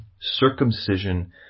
Circumcision